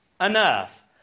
enough